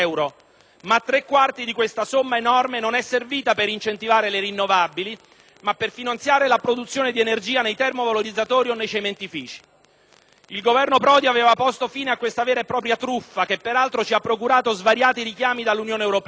ma tre quarti di questa somma enorme non è servita a incentivare le rinnovabili, bensì per finanziare la produzione di energia nei termovalorizzatori o nei cementifici. Il Governo Prodi aveva posto fine a questa vera e propria truffa, che peraltro ci ha procurato svariati richiami dall'Unione europea,